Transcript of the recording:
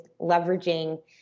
leveraging